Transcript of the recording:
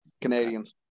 Canadians